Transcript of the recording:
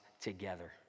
together